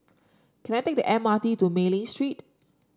can I take the M R T to Mei Ling Street